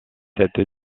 cette